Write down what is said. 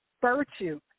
virtue